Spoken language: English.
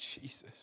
Jesus